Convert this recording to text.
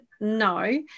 no